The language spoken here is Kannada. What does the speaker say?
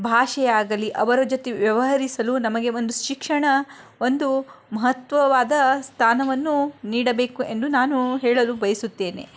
ಭಾಷೆಯಾಗಲಿ ಅವರ ಜೊತೆ ವ್ಯವಹರಿಸಲು ನಮಗೆ ಒಂದು ಶಿಕ್ಷಣ ಒಂದು ಮಹತ್ವವಾದ ಸ್ಥಾನವನ್ನು ನೀಡಬೇಕು ಎಂದು ನಾನು ಹೇಳಲು ಬಯಸುತ್ತೇನೆ